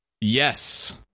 Yes